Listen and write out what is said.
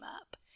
up